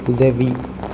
உதவி